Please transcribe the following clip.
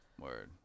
Word